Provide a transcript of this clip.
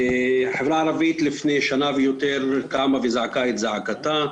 החברה הערבית לפני שנה ויותר קמה וזעקה את זעקתה.